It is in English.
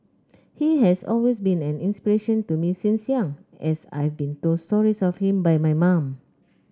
he has always been an inspiration to me since young as I've been told stories of him by my mum